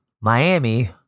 Miami